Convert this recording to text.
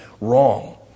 wrong